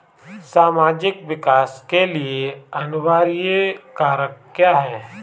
सामाजिक विकास के लिए अनिवार्य कारक क्या है?